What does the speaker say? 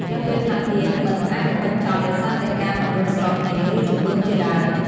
នៅពេលខ្លះទៀតមិត្តអាចនឹងបញ្ចប់ដោយសារតែការមិនយល់ស្របគ្នា ឬ ជម្លោះជាដើម។